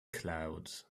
clouds